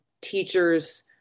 teachers